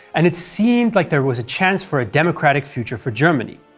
and it seemed like there was a chance for a democratic future for germany.